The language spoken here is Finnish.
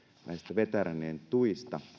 veteraanien tuista